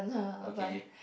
okay